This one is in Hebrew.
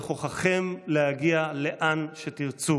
בכוחכם להגיע לאן שתרצו.